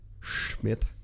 Schmidt